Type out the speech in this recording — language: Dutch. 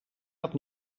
dat